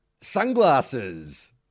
Sunglasses